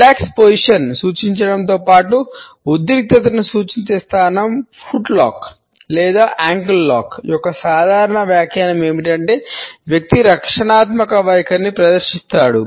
relax పొజిషన్ను యొక్క సాధారణ వ్యాఖ్యానం ఏమిటంటే వ్యక్తి రక్షణాత్మక వైఖరిని ప్రదర్శిస్తాడు